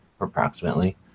approximately